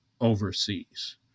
overseas